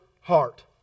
heart